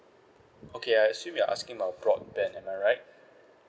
okay I assume you are asking about broadband am I right